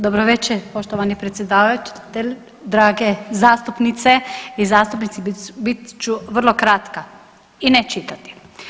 Dobra veče poštovani predsjedavatelju, drage zastupnice i zastupnici, bit ću vrlo kratka i ne čitati.